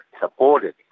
supported